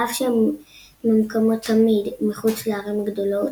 על אף שהן ממוקמות תמיד מחוץ לערים הגדולות,